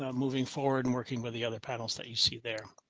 um moving forward and working with the other panels that you see there.